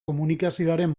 komunikazioaren